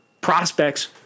prospects